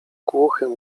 głuchym